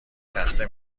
تخته